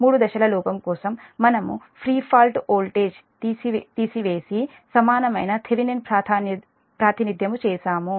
మూడు దశల లోపం కోసం మనము ప్రీ ఫాల్ట్ వోల్టేజ్ తీసివేసి సమానమైన థెవెనిన్ ప్రాతినిధ్యం చేసాము